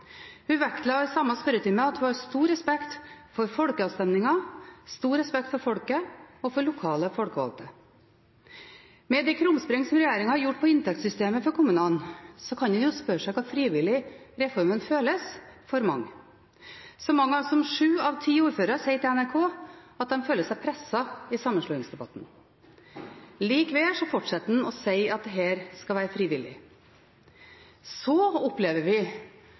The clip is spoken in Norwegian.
Hun vektla i samme spørretime at hun har stor respekt for folkeavstemninger, stor respekt for folket og for lokale folkevalgte. Med de krumspring som regjeringen har gjort i inntektssystemet for kommunene, kan en jo spørre seg hvor frivillig reformen føles for mange. Så mange som sju av ti ordførere sier til NRK at de føler seg presset i sammenslåingsdebatten. Likevel fortsetter en å si at dette skal være frivillig. Så opplever vi